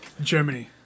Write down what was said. Germany